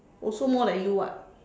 also more than you [what]